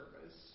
service